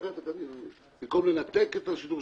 במקום לנתק את השידור,